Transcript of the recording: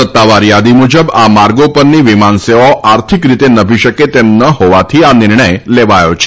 સત્તાવાર યાદી મુજબ આ માર્ગો ઉપરની વિમાન સેવાઓ આર્થિક રીતે નભી શકે તેમ ન હોવાથી આ નિર્ણય લેવાયો છે